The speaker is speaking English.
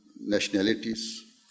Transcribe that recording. nationalities